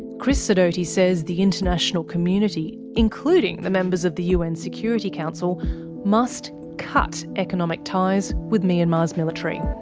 chris sidoti says the international community including the members of the u n security council must cut economic ties with myanmar's military.